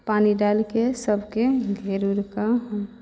पानि डालि कऽ सभकेँ घेर उरि कऽ